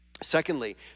Secondly